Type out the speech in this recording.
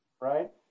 right